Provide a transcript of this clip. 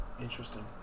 interesting